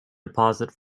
deposit